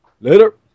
Later